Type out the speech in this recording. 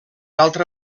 altra